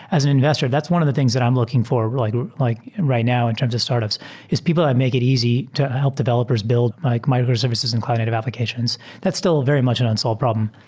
as an investor, that's one of the things that i'm looking for like like right now in terms of startups is people that make it easy to help developers build like microservices and cloud native applications. that's still very much an unsolved problem,